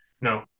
No